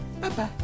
Bye-bye